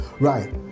right